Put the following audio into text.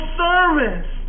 service